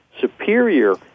superior